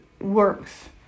works